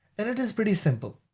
and it is pretty simple.